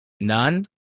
None